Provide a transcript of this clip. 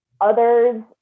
others